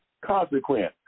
consequence